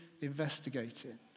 investigating